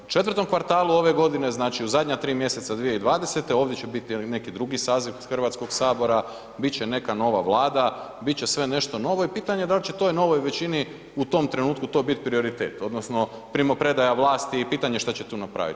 4 kvartalu ove godine znači u zadnja 3 mjeseca 2020. ovdje će biti neki drugi saziv Hrvatskog sabora, bit će neka nova vlada, bit će sve nešto novo i pitanje da li će toj novoj većini u tom trenutku to biti prioritet odnosno primopredaja vlasti i pitanje šta će tu napravit.